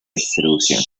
distribución